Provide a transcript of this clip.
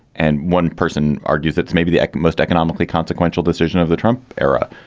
and one person argues that's maybe the most economically consequential decision of the trump era,